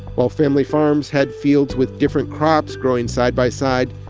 while family farms had fields with different crops growing side by side,